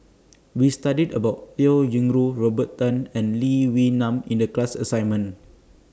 We studied about Liao Yingru Robert Tan and Lee Wee Nam in The class assignment